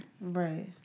Right